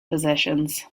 possessions